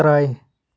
try